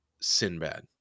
Sinbad